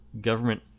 government